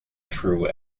true